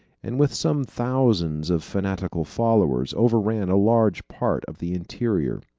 and with some thousands of fanatical followers, overran a large part of the interior.